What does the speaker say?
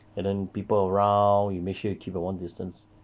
and then people around you make sure you keep your one distance